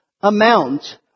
amount